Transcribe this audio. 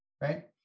Right